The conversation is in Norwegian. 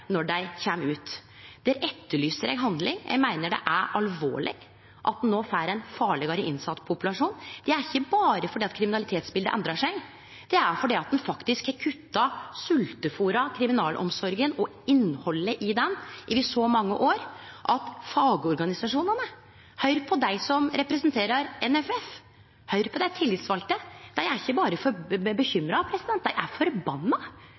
når dei kjem ut. Der etterlyser eg handling. Eg meiner det er alvorleg at ein no får ein farlegare innsettpopulasjon. Det er ikkje berre fordi kriminalitetsbildet endrar seg, det er fordi ein faktisk har kutta, sveltefôra, kriminalomsorga og innhaldet i ho over så mange år. Fagorganisasjonane – høyr på dei som representerer NFF, høyr på dei tillitsvalde – er ikkje berre bekymra, dei er forbanna.